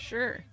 Sure